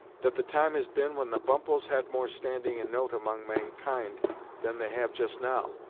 that the time has been when the bumppos had more standing and note among mankind than they have just now.